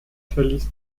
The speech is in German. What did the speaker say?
verließ